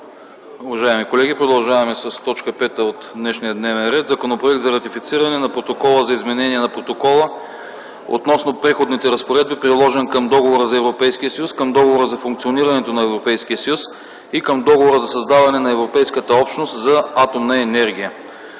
разискванията. Подлагам на първо гласуване Законопроект за ратифициране на Протокола за изменение на Протокола относно Преходните разпоредби, приложен към Договора за Европейския съюз, към Договора за функционирането на Европейския съюз и към Договора за създаване на Европейската общност за атомна енергия